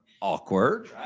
awkward